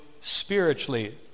spiritually